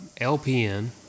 LPN